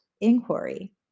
inquiry